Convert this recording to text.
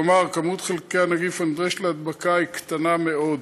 כלומר כמות חלקי הנגיף הנדרשת להדבקה היא קטנה מאוד.